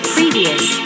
Previous